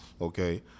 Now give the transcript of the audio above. okay